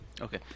okay